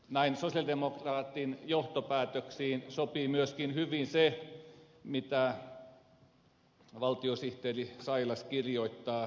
näin sosialidemokraatin johtopäätöksiin sopii myöskin hyvin se mitä valtiosihteeri sailas kirjoittaa